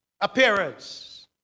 appearance